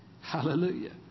Hallelujah